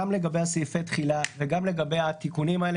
גם לגבי סעיפי התחילה וגם לגבי התיקונים האלה